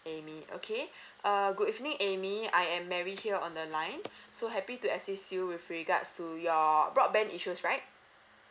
amy okay uh good evening amy I'm mary here on the line so happy to assist you with regards to your broadband issues right